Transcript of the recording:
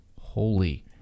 holy